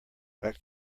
back